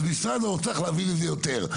אז משרד האוצר צריך להבין את זה יותר,